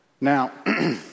Now